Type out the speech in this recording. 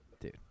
Dude